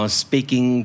speaking